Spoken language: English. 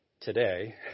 today